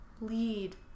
lead